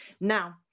Now